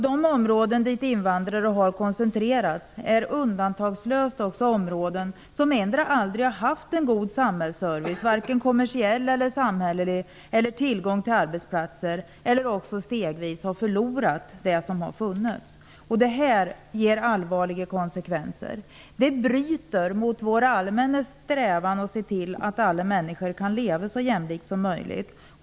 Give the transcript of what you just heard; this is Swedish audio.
De områden dit invandrare har koncentrerats är undantagslöst också områden som endera aldrig haft en god samhällsservice, varken kommersiell eller samhällelig, och tillgång på arbetsplatser eller områden som stegvis har förlorat det som har funnits. Detta ger allvarliga konsekvenser. Det bryter mot vår allmänna strävan mot att se till att alla människor kan leva så jämlikt som möjligt.